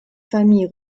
famille